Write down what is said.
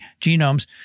genomes